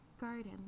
garden